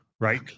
right